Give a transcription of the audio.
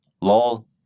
Lol